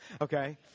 okay